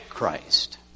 Christ